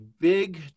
big